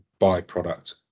byproduct